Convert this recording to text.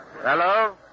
Hello